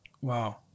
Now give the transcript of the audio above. Wow